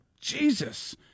Jesus